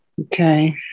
Okay